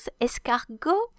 escargot